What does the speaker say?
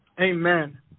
Amen